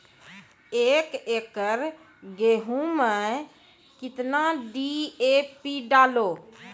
एक एकरऽ गेहूँ मैं कितना डी.ए.पी डालो?